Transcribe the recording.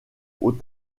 aux